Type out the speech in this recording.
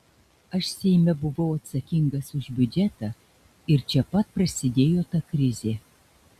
aš seime buvau atsakingas už biudžetą ir čia pat prasidėjo ta krizė